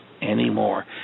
Anymore